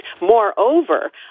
Moreover